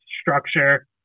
structure